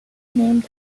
named